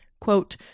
quote